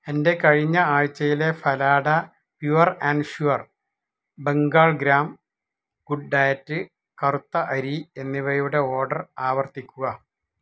എന്റെ കഴിഞ്ഞ ആഴ്ചയിലെ Phalada pure and sure Bengal gram good diet കറുത്ത അരി എന്നിവയുടെ ഓർഡർ ആവർത്തിക്കുക